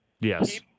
yes